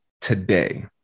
today